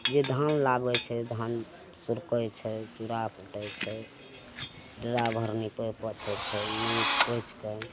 जे धान लाबय छै धान फुरकय छै चूड़ा कुटय छै दूरा घर नीपय पोछय छै नीप पोछि कए